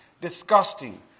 disgusting